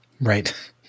Right